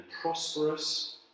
prosperous